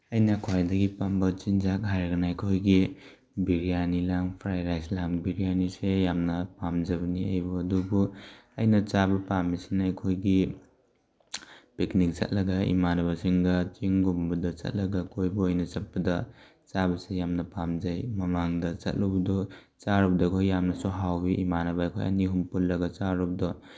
ꯑꯩꯅ ꯈ꯭ꯋꯥꯏꯗꯒꯤ ꯄꯥꯝꯕ ꯆꯤꯟꯖꯥꯛ ꯍꯥꯏꯔꯒꯅ ꯑꯩꯈꯣꯏꯒꯤ ꯕꯤꯔꯌꯥꯅꯤ ꯂꯥꯡ ꯐ꯭ꯔꯥꯏꯠ ꯔꯥꯏꯁ ꯂꯥꯡ ꯕꯤꯔꯌꯥꯅꯤꯁꯦ ꯌꯥꯝꯅ ꯄꯥꯝꯖꯕꯅꯤ ꯑꯩꯕꯨ ꯑꯗꯨꯕꯨ ꯑꯩꯅ ꯆꯥꯕ ꯄꯥꯝꯃꯤꯁꯤꯅ ꯑꯩꯈꯣꯏꯒꯤ ꯄꯤꯀꯤꯅꯤꯛ ꯆꯠꯂꯒ ꯏꯃꯥꯟꯅꯕꯁꯤꯡꯒ ꯆꯤꯡꯒꯨꯝꯕꯗ ꯆꯠꯂꯒ ꯀꯣꯏꯕ ꯑꯣꯏꯅ ꯆꯠꯄꯗ ꯆꯥꯕꯁꯦ ꯌꯥꯝꯅ ꯄꯥꯝꯖꯩ ꯃꯃꯥꯡꯗ ꯆꯠꯂꯨꯕꯗꯨ ꯆꯥꯔꯨꯕꯗ ꯑꯩꯈꯣꯏ ꯌꯥꯝꯅꯁꯨ ꯍꯥꯎꯏ ꯏꯃꯥꯟꯅꯕ ꯑꯩꯈꯣꯏ ꯑꯅꯤ ꯑꯍꯨꯝ ꯄꯨꯜꯂꯒ ꯆꯥꯔꯨꯕꯗꯣ